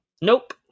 Nope